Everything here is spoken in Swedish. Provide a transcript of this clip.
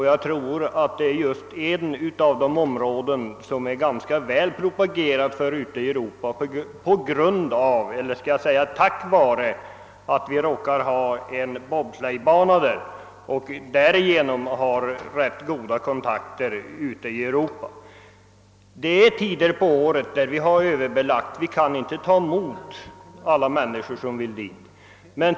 Jag tror också att Hammarstrand just är ett av de områden som det ganska väl har propagerats för ute i Europa, tack vare att vi råkar ha en bobsleighbana och därigenom har rätt goda kontakter utomlands. Det finns tider på året då vi har överbelagt och inte kan ta emot alla människor som vill komma dit.